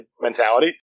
mentality